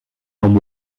and